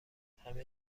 همه